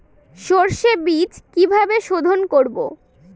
সর্ষে বিজ কিভাবে সোধোন করব?